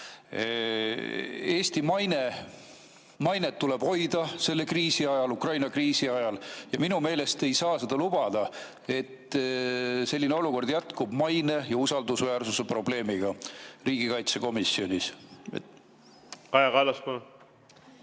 Eesti mainet tuleb hoida selle kriisi ajal, Ukraina kriisi ajal, ja minu meelest ei saa lubada, et selline olukord jätkub maine ja usaldusväärsuse probleemiga riigikaitsekomisjonis. Kaja Kallas,